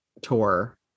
tour